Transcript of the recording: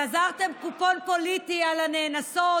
גזרתם קופון פוליטי על הנאנסות,